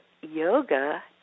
yoga